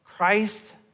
Christ